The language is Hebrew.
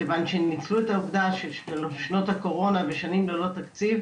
כיוון שהם ניצלו את העובדה ששנות הקורונה ושנים ללא תקציב,